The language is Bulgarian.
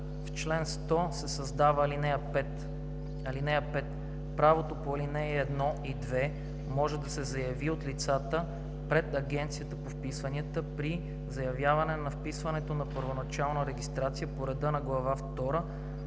В чл. 100 се създава ал. 5: „(5) Правото по ал. 1 и 2 може да се заяви от лицата пред Агенцията по вписванията при заявяване за вписване на първоначална регистрация по реда на глава